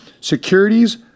securities